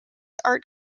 art